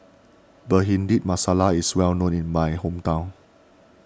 Bhindi Masala is well known in my hometown